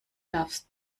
darfst